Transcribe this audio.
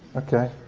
okay.